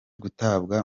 gutabwa